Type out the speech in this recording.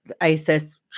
ISIS